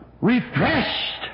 refreshed